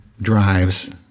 drives